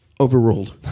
Overruled